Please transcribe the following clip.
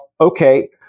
okay